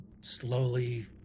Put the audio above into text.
slowly